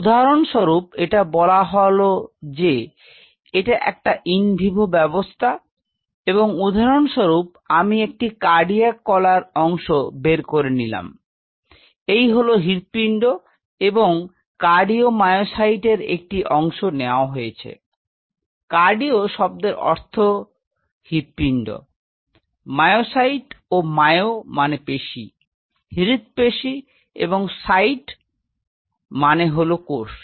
উদাহরণস্বরূপ এটা বলা হল যে এটা একটি ইন ভিভো ব্যাবস্থা এবং উদাহরণস্বরূপ আমি একটি কার্ডিয়াক কলার অংশ বের করে নিলাম এই হল হৃৎপিণ্ড এবং কার্ডিওমায়োসাইট এর একটি অংশ নেওয়া হয়েছে কার্ডিও শব্দের অর্থ হৃৎপিণ্ড মায়োসাইট এ মায়ো মানে পেশী হৃৎপেশী এবং সাইট মানে হল কোষ